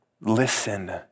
Listen